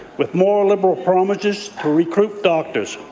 with more liberal promises to recruit doctors.